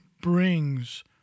brings